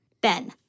Ben